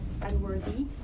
unworthy